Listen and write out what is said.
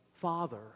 father